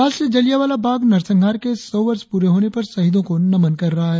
राष्ट्र जलियांवाला बाग नरसंहार के सौ वर्ष पूरे होने पर शहीदों को नमन कर रहा है